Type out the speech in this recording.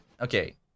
Okay